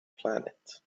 planet